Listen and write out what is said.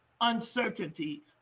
uncertainty